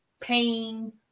pain